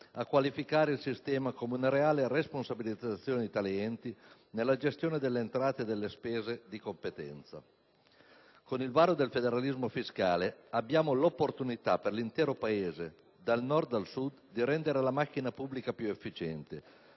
a qualificare il sistema come una reale responsabilizzazione di tali enti nella gestione delle entrate e delle spese di competenza. Con il varo del federalismo fiscale abbiamo l'opportunità per l'intero Paese, dal Nord al Sud, di rendere la macchina pubblica più efficiente,